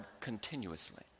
continuously